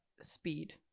speed